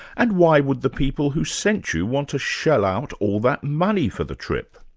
and why would the people who sent you want to shell out all that money for the trip?